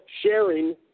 sharing